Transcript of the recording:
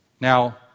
Now